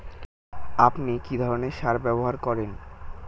আপনি কী ধরনের সার ব্যবহার করেন?